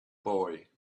boy